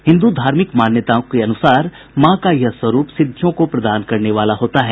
हिन्द्र धार्मिक मान्यताओं के अनुसार माँ का यह स्वरूप सिद्धियों को प्रदान करने वाला होता है